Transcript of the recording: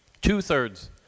Two-thirds